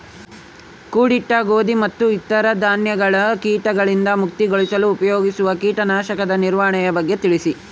ಕೂಡಿಟ್ಟ ಗೋಧಿ ಮತ್ತು ಇತರ ಧಾನ್ಯಗಳ ಕೇಟಗಳಿಂದ ಮುಕ್ತಿಗೊಳಿಸಲು ಉಪಯೋಗಿಸುವ ಕೇಟನಾಶಕದ ನಿರ್ವಹಣೆಯ ಬಗ್ಗೆ ತಿಳಿಸಿ?